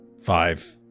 Five